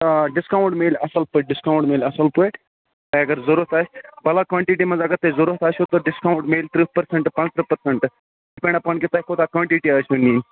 آ ڈسکاونٹ میلہِ اصٕل پٲٹھۍ ڈسکاونٹ میلہِ اصل پٲٹھۍ تۄہہِ اگر ضروٗرت آسہِ بَلَک کانٹِٹی منٛز اگر تۄہہ ضروٗرت آسہِ ڈسکاونٹ مِلہِ ترٕٛہ پٔرسَنٹ پانٛژٕترٕٛہ پٔرسَنٹ ڈِپینڈ اَپان کہِ تۄہہِ کۭژھاہ کانٹِٹی آسوٕ نِنۍ